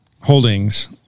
holdings